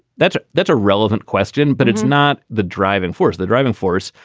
that's that's a relevant question. but it's not the driving force. the driving force,